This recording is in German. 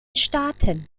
staaten